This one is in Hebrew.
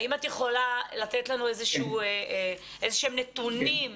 האם את יכולה לתת לנו איזה שהם נתונים,